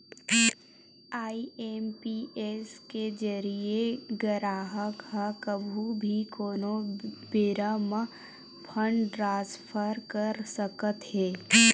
IMPS के जरिए म गराहक ह कभू भी कोनो बेरा म फंड ट्रांसफर कर सकत हे